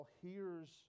hears